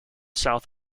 south